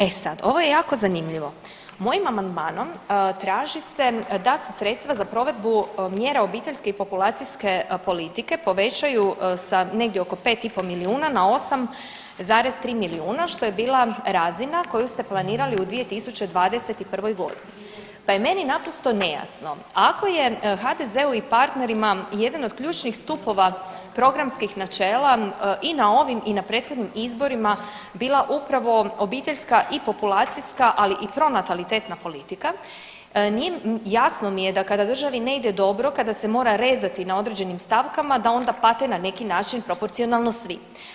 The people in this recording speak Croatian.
E sad ovo je jako zanimljivo, mojim amandmanom traži se da se sredstva za provedbu mjera obiteljske i populacijske politike povećaju sa negdje oko 5,5 milijuna na 8,3 milijuna što je bila razina koju ste planirali u 2021.g. pa je meni naprosto nejasno, ako je HDZ-u i partnerima jedan od ključnih stupova programskih načela i na ovim i na prethodnim izborima bila upravo obiteljska i populacijska, ali i pronatalitetna politika jasno mi je da kada državi ne ide dobro, kada se mora rezati na određenim stavkama da onda pate na neki način proporcionalno svi.